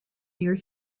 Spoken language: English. near